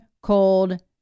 cold